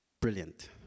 Brilliant